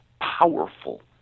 powerful